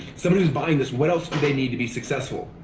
someone who's buying this what else do they need to be successful?